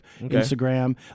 Instagram